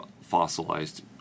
fossilized